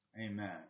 Amen